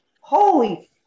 holy